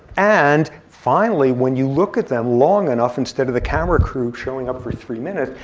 and finally, when you look at them long enough instead of the camera crew showing up for three minutes,